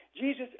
Jesus